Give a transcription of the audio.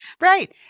Right